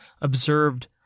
observed